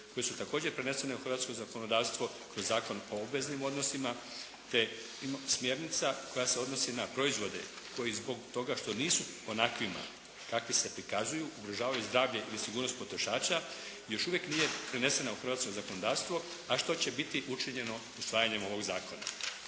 koje su također prenesene u hrvatsko zakonodavstvo kroz Zakon o obveznim odnosima te smjernica koja se odnosi na proizvode koji zbog toga što nisu onakvima kakvi se prikazuju ugrožavaju zdravlje ili sigurnost potrošača još uvijek nije prenesena u hrvatsko zakonodavstvo, a što će biti učinjeno usvajanjem ovog Zakona.